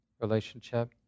relationship